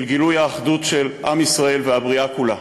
של גילוי האחדות של עם ישראל והבריאה כולה.